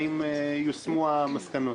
האם יושמו המסקנות?